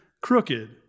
crooked